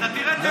לדעתי,